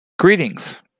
Greetings